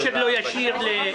יש קשר לא ישיר לתכנון.